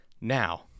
Now